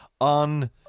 On